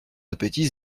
appétit